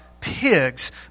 pigs